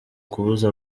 kubuza